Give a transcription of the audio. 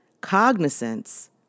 cognizance